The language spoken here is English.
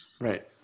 Right